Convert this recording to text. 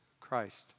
Christ